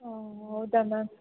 ಓ ಹೌದಾ ಮ್ಯಾಮ್